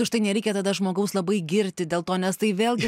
už tai nereikia tada žmogaus labai girti dėl to nes tai vėlgi